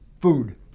food